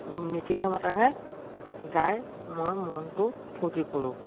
মিটিঙে মাটাঙে গাই মই মনটো ফূৰ্তি কৰোঁ